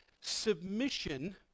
Submission